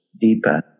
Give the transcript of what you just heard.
deeper